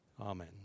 Amen